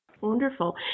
Wonderful